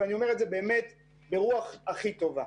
ואני אומר את זה ברוח הכי טובה.